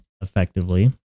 effectively